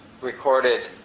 recorded